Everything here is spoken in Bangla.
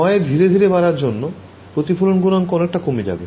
ক্ষয় ধিরে ধিরে বাড়ার জন্য প্রতিফলন গুনাঙ্ক অনেকটা কমে যাবে